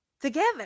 together